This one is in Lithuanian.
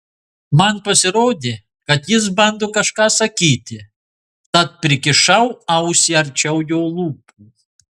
man pasirodė kad jis bando kažką sakyti tad prikišau ausį arčiau jo lūpų